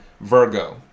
Virgo